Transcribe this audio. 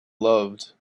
loved